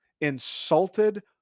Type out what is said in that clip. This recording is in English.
insulted